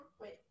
Wait